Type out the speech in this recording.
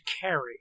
carry